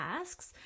asks